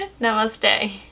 Namaste